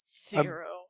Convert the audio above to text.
Zero